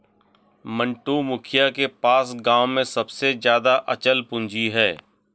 मंटू, मुखिया के पास गांव में सबसे ज्यादा अचल पूंजी है